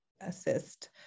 assist